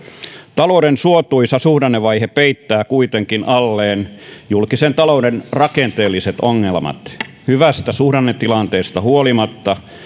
talouden suotuisa suhdannevaihe peittää kuitenkin alleen julkisen talouden rakenteelliset ongelmat hyvästä suhdannetilanteesta huolimatta